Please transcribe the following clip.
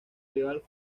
rival